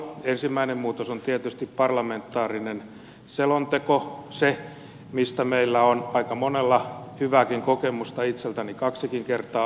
ensimmäinen muutos on tietysti parlamentaarinen selonteko se mistä meillä on aika monella hyvääkin kokemusta itseltäni kaksikin kertaa aikaisemmin